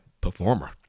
performer